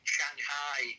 Shanghai